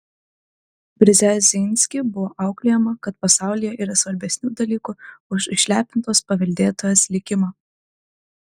brzezinski buvo auklėjama kad pasaulyje yra svarbesnių dalykų už išlepintos paveldėtojos likimą